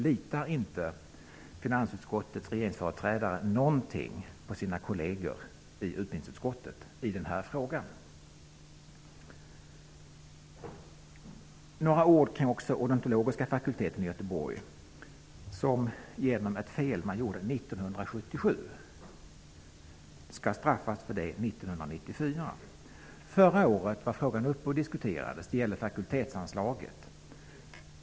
Litar inte regeringsföreträdarna i finansutskottet på sina kolleger i utbildningsutskottet i den här frågan? straffas för ett fel som man gjorde år 1977. Förra året var frågan uppe till diskussion. Det gäller fakultetsanslaget.